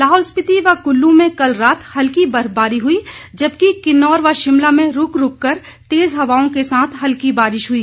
लाहौल स्पीति व कुल्लू में कल रात हल्की बर्फबारी हुई जबकि किन्नौर व शिमला में रूक रूक कर तेज हवाओं के साथ हल्की बारिश हुई